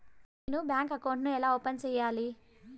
నేను bank account ను ఎలా ఓపెన్ సేయాలి?